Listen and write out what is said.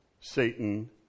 Satan